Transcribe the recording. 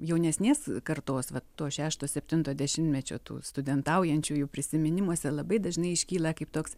jaunesnės kartos vat to šešto septinto dešimtmečio tų studentaujančiųjų jau prisiminimuose labai dažnai iškyla kaip toks